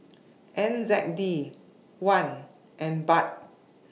N Z K D one and Baht